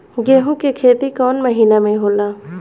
गेहूं के खेती कौन महीना में होला?